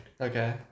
Okay